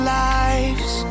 lives